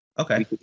okay